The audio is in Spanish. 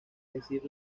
decir